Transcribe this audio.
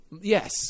yes